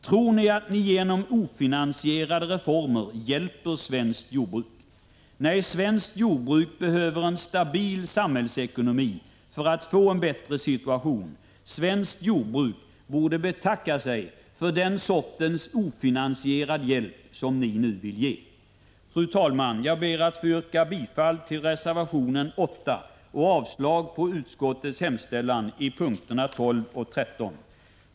Tror ni att ni genom ofinansierade reformer hjälper svenskt jordbruk? Nej, svenskt jordbruk behöver en stabil samhällsekonomi för att få en bättre situation. Svenskt jordbruk borde betacka sig för den sortens ofinansierad hjälp som ni nu vill ge. Fru talman! Jag ber att få yrka bifall till reservation 8 och avslag på utskottets hemställan i punkterna 12 och 13.